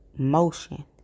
motion